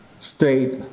state